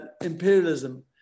imperialism